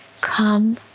Come